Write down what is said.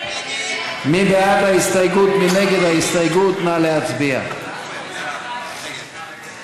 ההסתייגות של קבוצת סיעת מרצ וקבוצת